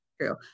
true